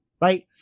right